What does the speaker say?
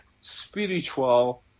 spiritual